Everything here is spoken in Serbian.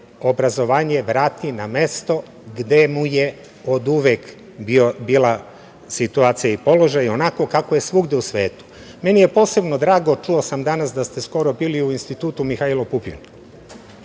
obrazovanje vrati na mesto gde mu je oduvek bila situacija i položaj i onako kako je svuda u svetu. Meni je posebno drago, čuo sam danas da ste skoro bili u Institutu „Mihajlo Pupin“.